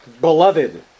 beloved